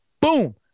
boom